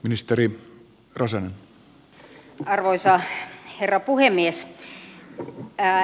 arvoisa herra puhemies